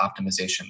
optimization